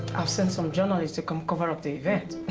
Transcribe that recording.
i've sent some journalists to come cover up the event.